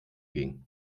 ging